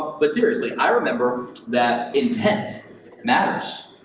but seriously, i remember that intent matters.